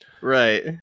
right